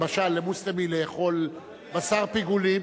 למשל, למוסלמי לאכול בשר פיגולים,